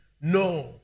No